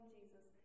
Jesus